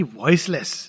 voiceless